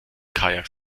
kajak